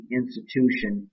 institution